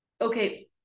okay